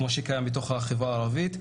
כמו שקיים בתוך החברה הערבית.